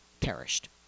perished